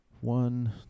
one